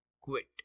quit